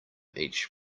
each